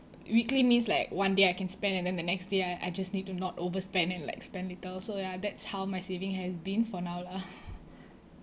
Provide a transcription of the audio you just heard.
weekly means like one day I can spend and then the next day I I just need to not overspend and like spend little so ya that's how my saving has been for now lah